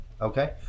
Okay